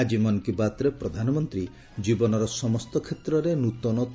ଆକି ମନ୍ କୀ ବାତ୍ରେ ପ୍ରଧାନମନ୍ତ୍ରୀ ଜୀବନର ସମସ୍ତ କ୍ଷେତ୍ରରେ ନ୍ତନତା